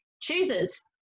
chooses